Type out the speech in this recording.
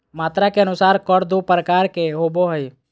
मात्रा के अनुसार कर दू प्रकार के होबो हइ